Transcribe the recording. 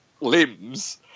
limbs